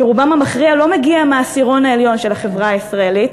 שרובם המכריע לא מגיעים מהעשירון העליון של החברה הישראלית,